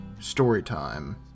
Storytime